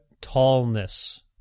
tallness